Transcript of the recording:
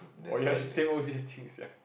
oh ya same old